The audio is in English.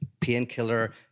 painkiller